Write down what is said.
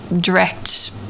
direct